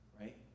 right